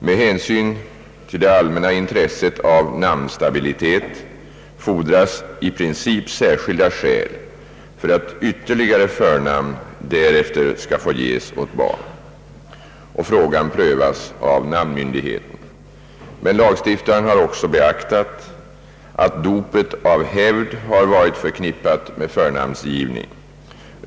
Med hänsyn till det allmänna intresset av namnstabilitet fordras i princip särskilda skäl för att ytterligare förnamn därefter skall få ges åt barn. Frågan prövas av namnmyndigheten. Men lagstiftaren har också beaktat att dopet av hävd har varit förknippat med förnamnsgivning.